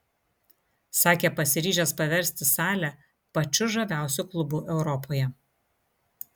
sakė pasiryžęs paversti salę pačiu žaviausiu klubu europoje